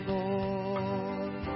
Lord